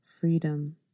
freedom